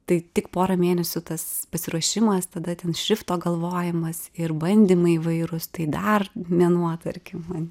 tai tik porą mėnesių tas pasiruošimas tada ten šrifto galvojimas ir bandymai įvairūs tai dar mėnuo tarkim